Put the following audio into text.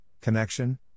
connection